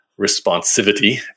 responsivity